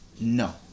No